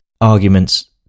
arguments